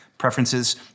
preferences